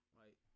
right